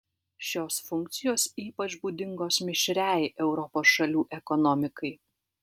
šios funkcijos ypač būdingos mišriai europos šalių ekonomikai